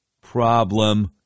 problem